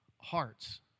hearts